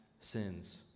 sins